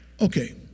Okay